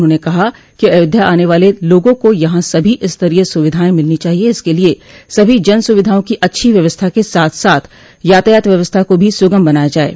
उन्होंने कहा कि अयोध्या आने वाले लोगों को यहां सभी स्तरीय सुविधाएं मिलनी चाहिये इसके लिये सभी जन सुविधाओं की अच्छी व्यवस्था के साथ साथ यातायात व्यवस्था को भी सुगम बनाया जाये